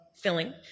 filling